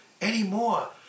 Anymore